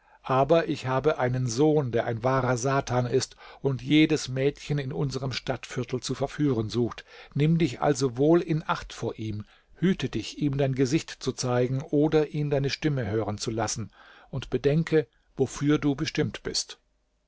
aber ich habe einen sohn der ein wahrer satan ist und jedes mädchen in unserm stadtviertel zu verführen sucht nimm dich also wohl in acht vor ihm hüte dich ihm dein gesicht zu zeigen oder ihn deine stimme hören zu lassen und bedenke wofür du bestimmt bist